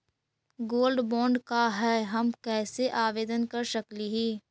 Gold bond का है, हम कैसे आवेदन कर सकली ही?